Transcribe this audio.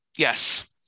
Yes